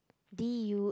D U